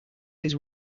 his